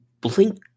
blink